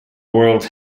world